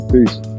Peace